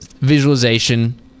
visualization